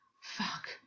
Fuck